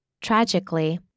Tragically